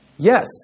Yes